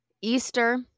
Easter